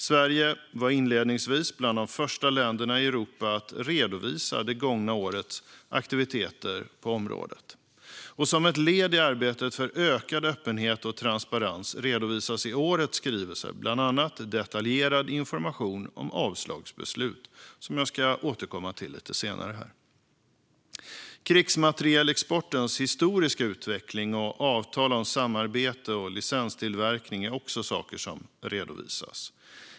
Sverige var inledningsvis bland de första länderna i Europa att redovisa det gångna årets aktiviteter på området. Som ett led i arbetet för ökad öppenhet och transparens redovisas i årets skrivelse bland annat detaljerad information om avslagsbeslut, som jag ska återkomma till lite senare. Krigsmaterielexportens historiska utveckling och avtal om samarbete och licenstillverkning är också saker som redovisas.